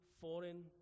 foreign